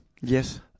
Yes